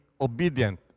obedient